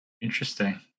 Interesting